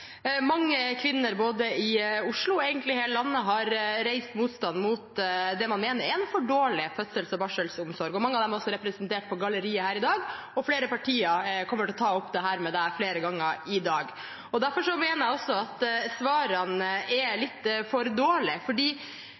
Mange kvinner, både i Oslo og egentlig i hele landet, har reist seg i motstand mot det man mener er en for dårlig fødsels- og barselomsorg – mange av dem er også representert på galleriet her i dag. Flere partier kommer også til å ta opp dette med deg flere ganger i dag. Derfor mener jeg også at svarene er litt for dårlige.